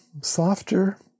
softer